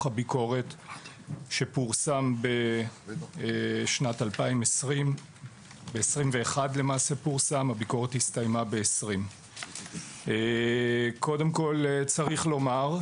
הביקורת שפורסם בשנת 2021. קודם כל צריך לומר,